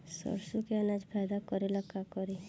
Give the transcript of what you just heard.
सरसो के अनाज फायदा करेला का करी?